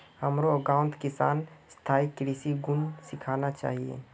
हमारो गांउत किसानक स्थायी कृषिर गुन सीखना चाहिए